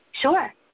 Sure